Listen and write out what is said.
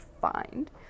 find